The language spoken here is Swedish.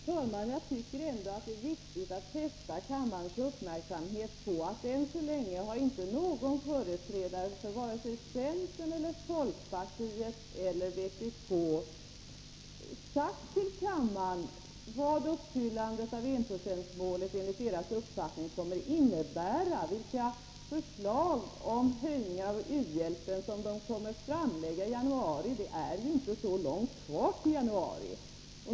Herr talman! Jag tycker ändå det är viktigt att fästa kammarens uppmärksamhet på att ingen företrädare för vare sig centern, folkpartiet eller vpk ännu har talat om för kammaren vad uppfyllandet av enprocentsmålet enligt deras uppfattning kommer att innebära. De har inte redovisat vilka förslag till höjningar av u-hjälpen som de kommer att framlägga i januari nästa år. Det är ju inte så långt kvar till dess.